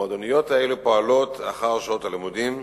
המועדוניות האלה פועלות אחרי שעות הלימודים